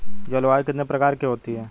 जलवायु कितने प्रकार की होती हैं?